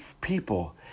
people